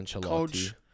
coach